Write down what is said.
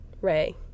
Ray